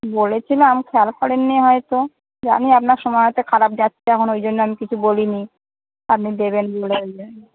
বলেছিলাম খেয়াল করেন নি হয়তো জানি আপনার সময়টা খারাপ যাচ্ছে এখন ওই জন্য আমি কিছু বলি নি আপনি দেবেন কী করে ওই জন্য